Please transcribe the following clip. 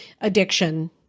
addiction